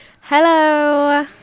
Hello